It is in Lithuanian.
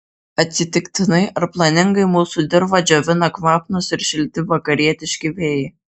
atsitiktinai ar planingai mūsų dirvą džiovina kvapnūs ir šilti vakarietiški vėjai